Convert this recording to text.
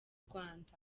rwanda